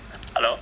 hello